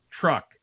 truck